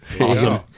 Awesome